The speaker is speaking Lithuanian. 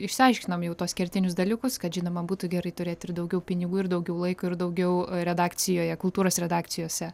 išsiaiškinom jau tuos kertinius dalykus kad žinoma būtų gerai turėt ir daugiau pinigų ir daugiau laiko ir daugiau redakcijoje kultūros redakcijose